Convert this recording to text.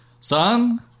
Son